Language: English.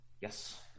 Yes